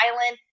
Island